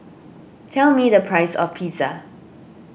tell me the price of Pizza